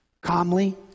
Calmly